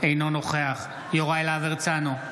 אינו נוכח יוראי להב הרצנו,